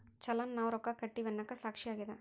ಚಲನ್ ನಾವ್ ರೊಕ್ಕ ಕಟ್ಟಿವಿ ಅನ್ನಕ ಸಾಕ್ಷಿ ಆಗ್ಯದ